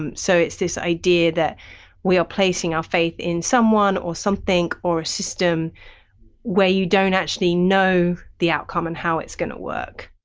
um so it's this idea that we are placing our faith in someone or something or a system where you don't actually know the outcome and how it's going to work.